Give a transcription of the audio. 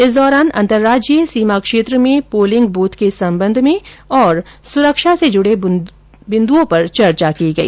इस दौरान अंतरराज्यीय सीमा क्षेत्र में पोलिंग बूथ के संबंध में और सुरक्षा संबंधी बिन्द्रओं पर चर्चा की गई